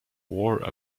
wore